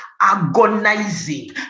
agonizing